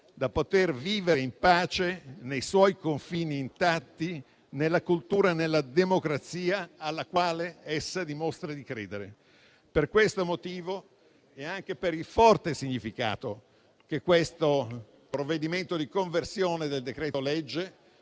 da poter vivere in pace nei suoi confini, intatti, nella cultura e nella democrazia alla quale essa dimostra di credere. Per questo motivo e per il forte significato che questo provvedimento di conversione di decreto-legge